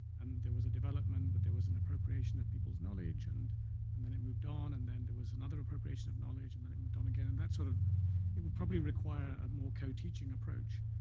and there was a development, but there was an appropriation of people's knowledge and and then it moved on. and then there was another appropriation of knowledge, and then it moved on again. and sort of it would probably require a more co-teaching approach,